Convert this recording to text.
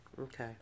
Okay